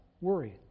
Worry